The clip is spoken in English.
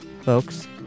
folks